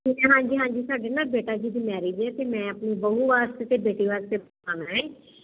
ਹਾਂਜੀ ਹਾਂਜੀ ਸਾਡੇ ਨਾ ਬੇਟਾ ਜੀ ਦੀ ਮੈਰਿਜ ਹ ਤੇ ਮੈਂ ਆਪਣੀ ਬਹੂ ਵਾਸਤੇ ਤੇ ਬੇਟੇ ਵਾਸਤੇ ਬਣਾਣਾ ਏ